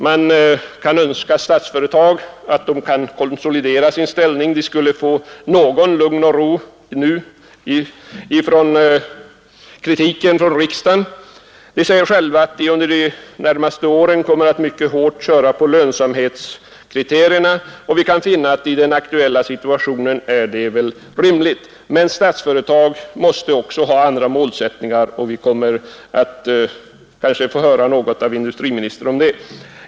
Man kan önska att Statsföretag AB nu får konsolidera sin ställning och att företaget nu kan bedriva sin verksamhet i lugn och ro utan någon kritik från riksdagen. Som vi själva kan se kommer företaget att under de närmaste åren mycket hårt driva sin verksamhet efter lönsamhetsprincipen, och enligt vår mening är detta rimligt i den aktuella situationen. Men Statsföretag AB måste ha andra målsättningar, och vi kommer kanske här att få höra något om dem av industriministern.